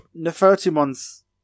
Nefertimon's